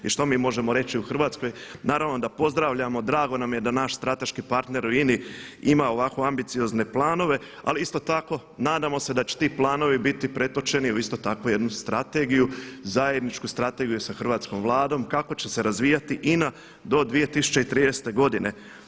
I što mi možemo reći u Hrvatskoj naravno da pozdravljamo, drago nam je da naš strateški partner u INA-i ima ovako ambiciozne planove, ali isto tako nadamo se da će ti planovi biti pretočeni u isto tako jednu strategiju, zajedničku strategiju sa Hrvatskom vladom kako će se razvijati INA do 2030. godine.